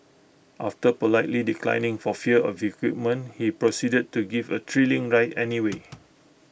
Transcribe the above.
after politely declining for fear of equipment he proceeded to give A thrilling ride anyway